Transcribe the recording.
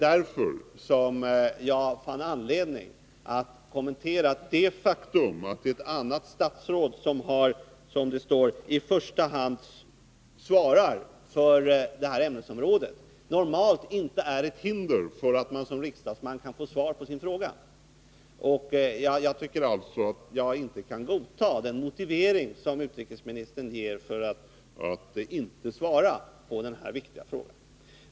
Därför fann jag anledning att kommentera det faktum att det är ett annat statsråd som i första hand svarar för det här ämnesområdet, vilket sägs i svaret. Men normalt utgör det inte något hinder för att man som riksdagsman kan få ett svar på sin fråga. Jag kan alltså inte godta utrikesministerns motivering för att inte svara på den här viktiga frågan.